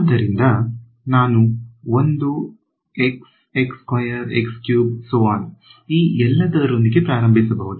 ಆದ್ದರಿಂದ ನಾನು ಈ ಎಲ್ಲದರೊಂದಿಗೆ ಪ್ರಾರಂಭಿಸಬಹುದು